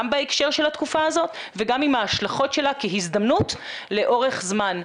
גם בהקשר של התקופה הזאת וגם עם ההשלכות שלה כהזדמנות לאורך זמן,